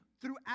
throughout